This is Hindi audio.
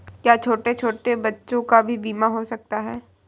क्या छोटे छोटे बच्चों का भी बीमा हो सकता है?